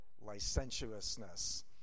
licentiousness